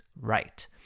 right